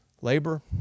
labor